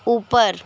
ऊपर